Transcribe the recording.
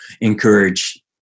encourage